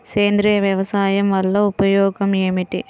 సేంద్రీయ వ్యవసాయం వల్ల ఉపయోగం ఏమిటి?